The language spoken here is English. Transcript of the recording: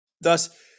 Thus